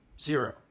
zero